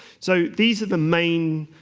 so these are the main